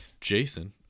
Jason